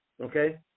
Okay